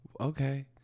okay